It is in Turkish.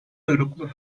uyruklu